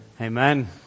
Amen